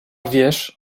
wiesz